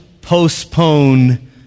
postpone